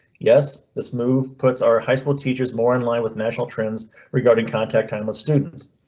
yes, this move puts our high school teachers more in line with national trends regarding contact timeless students.